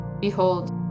Behold